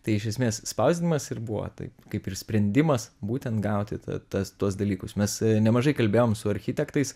tai iš esmės spausdinimas ir buvo taip kaip ir sprendimas būtent gauti ta tuos dalykus mes nemažai kalbėjom su architektais